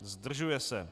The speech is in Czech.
Zdržuje se.